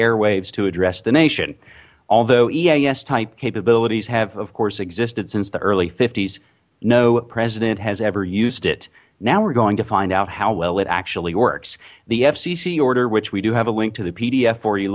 airwaves to address the nation although eas type capabilities have of course existed since the early s no president has ever used it now we're going to find out how well it actually works the fcc order which we do have a link to the pdf for